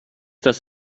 das